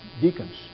deacons